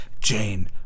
Jane